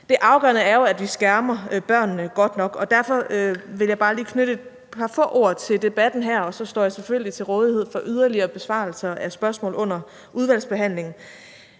Det afgørende er jo, at vi skærmer børnene godt nok. Jeg vil bare lige knytte et par få ord til debatten her, og så står jeg selvfølgelig til rådighed for yderligere besvarelser af spørgsmål under udvalgsbehandlingen.